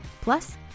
Plus